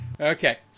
Okay